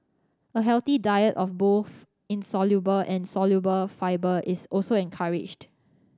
a healthy diet of both insoluble and soluble fibre is also encouraged